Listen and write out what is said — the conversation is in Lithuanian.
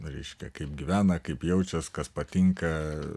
reiškia kaip gyvena kaip jaučias kas patinka